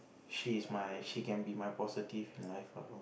she is my she can be my positive in life ah